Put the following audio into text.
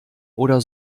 oder